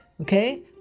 okay